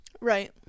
Right